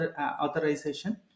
authorization